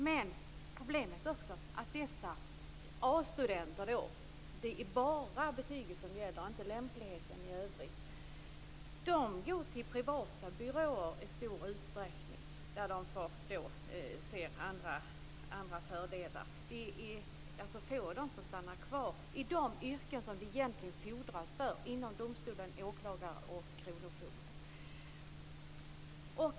Men problemet är också att dessa A-studenter - det är bara betyget som gäller, inte lämpligheten i övrigt - går till privata byråer i stor utsträckning där de får andra fördelar. Det är få som stannar kvar i de yrken som egentligen fordras inom domstolar, åklagare och kronofogden.